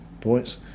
points